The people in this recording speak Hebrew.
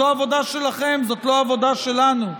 זאת עבודה שלכם, זאת לא עבודה שלנו.